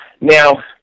Now